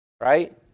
Right